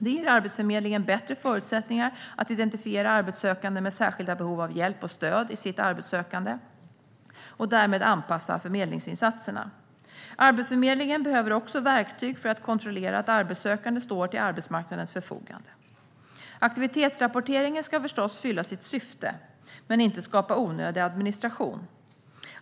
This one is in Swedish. Det ger Arbetsförmedlingen bättre förutsättningar att identifiera arbetssökande med särskilda behov av hjälp och stöd i sitt arbetssökande och därmed anpassa förmedlingsinsatserna. Arbetsförmedlingen behöver också verktyg för att kontrollera att arbetssökande står till arbetsmarknadens förfogande. Aktivitetsrapporteringen ska förstås fylla sitt syfte men inte skapa onödig administration.